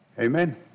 Amen